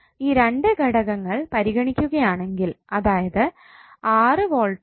ഈ രണ്ട് ഘടകങ്ങൾ പരിഗണിക്കുകയാണെങ്കിൽ അതായത് 6 വോൾട്ടും 30 ഓമും